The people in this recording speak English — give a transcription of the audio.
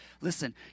Listen